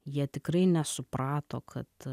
jie tikrai nesuprato kad